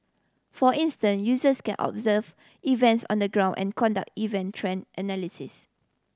for instance users can observe events on the ground and conduct event trend analysis